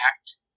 act